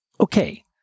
Okay